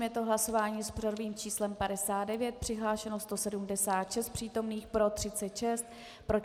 Je to hlasování s pořadovým číslem 59, přihlášeno 176 přítomných, pro 36, proti 130.